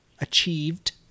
achieved